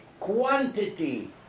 quantity